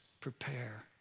prepare